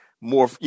more